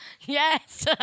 Yes